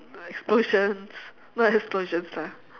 explosions not explosions lah